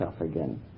again